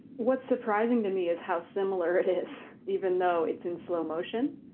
what's surprising to me is how similar it is, even though it's in slow motion.